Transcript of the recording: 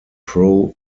pro